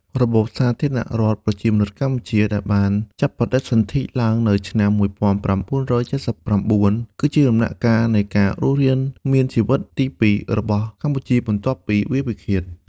របបសាធារណរដ្ឋប្រជាមានិតកម្ពុជា ដែលបានចាប់បដិសន្ធិឡើងនៅឆ្នាំ ១៩៧៩ គឺជាដំណាក់កាលនៃការរស់រានមានជីវិតទីពីររបស់កម្ពុជាបន្ទាប់ពីវាលពិឃាត។